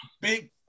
Big